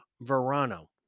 Verano